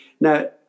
now